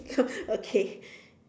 okay